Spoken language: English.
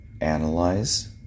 Analyze